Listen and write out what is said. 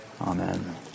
Amen